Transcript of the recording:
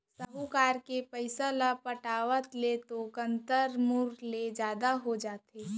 साहूकार के पइसा ल पटावत ले तो कंतर ह मूर ले जादा हो जाथे